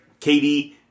KD